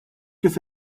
kif